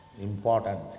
important